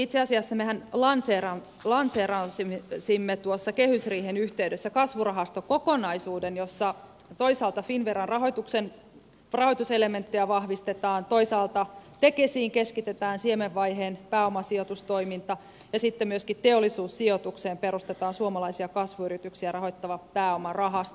itse asiassa mehän lanseerasimme kehysriihen yhteydessä kasvurahastokokonaisuuden jossa toisaalta finnveran rahoituselementtejä vahvistetaan toisaalta tekesiin keskitetään siemenvaiheen pääomasijoitustoiminta ja sitten myöskin teollisuussijoitukseen perustetaan suomalaisia kasvuyrityksiä rahoittava pääomarahasto